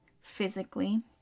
physically